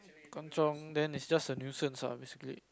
kanchiong then it's just a nuisance ah basically